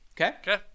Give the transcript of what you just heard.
okay